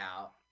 out